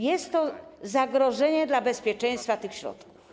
Jest to zagrożenie dla bezpieczeństwa tych środków.